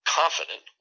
confident